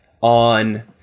on